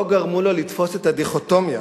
לא גרמו לו לתפוס את הדיכוטומיה